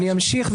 אני אמשיך.